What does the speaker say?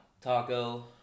Taco